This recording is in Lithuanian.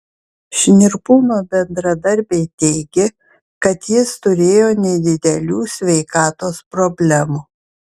šnirpūno bendradarbiai teigė kad jis turėjo nedidelių sveikatos problemų